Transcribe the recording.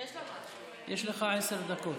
יש לך עשר דקות.